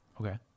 Okay